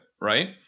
right